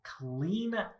clean